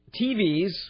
TVs